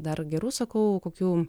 dar gerų sakau kokių